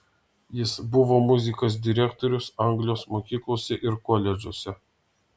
jis buvo muzikos direktorius anglijos mokyklose ir koledžuose